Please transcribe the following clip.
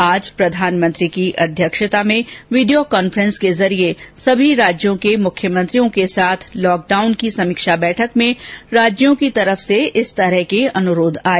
आज प्रधानमंत्री की अध्यक्षता में वीडियो कांफ्रेस के जरिये सभी राज्यों के मुख्यमंत्रियों के साथ लॉकडाउन की समीक्षा बैठक में राज्यों की तरफ से इस तरह के अनुरोध आए